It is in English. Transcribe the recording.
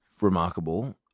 remarkable